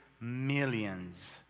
millions